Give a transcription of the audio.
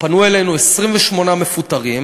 פנו אלינו 28 מפוטרים,